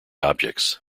objects